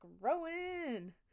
growing